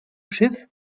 schiff